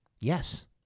Yes